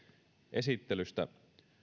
esittelystä